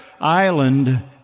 island